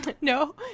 No